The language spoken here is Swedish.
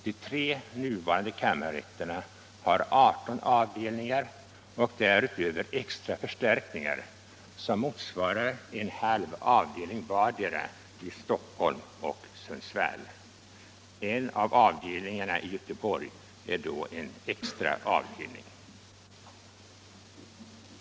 De tre nuvarande kammarrätterna har 18 avdelningar och därutöver extra förstärkningar som motsvarar en halv avdelning vardera i Stockholm och Sundsvall. En av avdelningarna i Göteborg är en extra avdelning.